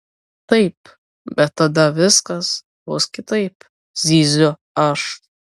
taip bet tada viskas bus kitaip zyziu aš